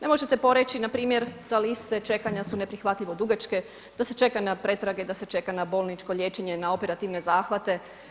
Ne možete poreći, npr. ta liste čekanja su neprihvatljivo dugačke, da se čeka na pretrage, da se čeka na bolničko liječenje, na operativne zahvate.